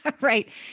Right